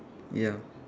ya